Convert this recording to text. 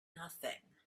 nothing